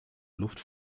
luft